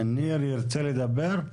ניר ירצה לדבר?